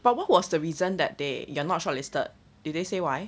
but what was the reason that they you're not shortlisted did they say why